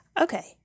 Okay